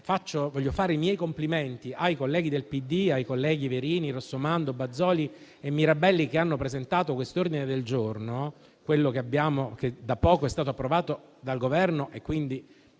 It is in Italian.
Voglio fare i miei complimenti ai colleghi del PD, i senatori Verini, Rossomando, Bazoli e Mirabelli, che hanno presentato l'ordine del giorno che da poco è stato accolto dal Governo, a cui